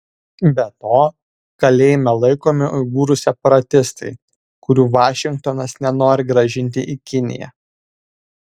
be to kalėjime laikomi uigūrų separatistai kurių vašingtonas nenori grąžinti į kiniją